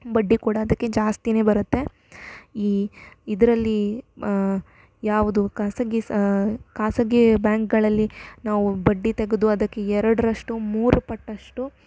ಬಡ್ಡಿ ಕೂಡ ಅದಕ್ಕೆ ಜಾಸ್ತಿಯೇ ಬರುತ್ತೆ ಈ ಇದರಲ್ಲಿ ಮ ಯಾವುದು ಖಾಸಗಿ ಸ ಖಾಸಗಿ ಬ್ಯಾಂಕ್ಗಳಲ್ಲಿ ನಾವು ಬಡ್ಡಿ ತೆಗೆದು ಅದಕ್ಕೆ ಎರಡರಷ್ಟು ಮೂರು ಪಟ್ಟು ಅಷ್ಟು